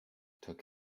took